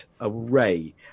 array